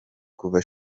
kuva